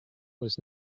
was